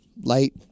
light